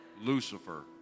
Lucifer